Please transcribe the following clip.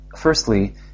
Firstly